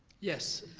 yes,